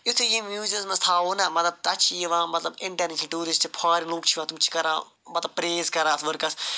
یُتھٕے یہِ میٛوٗزیمس منٛز تھاوَو نا مطلب تتھ چھِ یِوان مطلب اِنٹٮ۪نسی ٹیٛوٗرسٹہٕ فارِ لونٛگ چھِ یِوان تِم چھِ کَران مطلب پرٛیٚز کَران اَتھ ؤرکَس